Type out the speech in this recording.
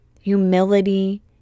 humility